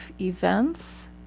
events